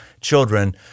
children